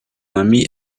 ami